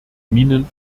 minen